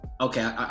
Okay